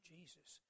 Jesus